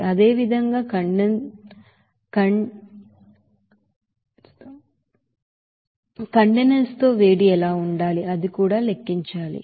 అదేవిధంగా కండెన్సేట్ తో వేడి ఎలా ఉండాలి అది కూడా లెక్కించాలి